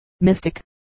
mystic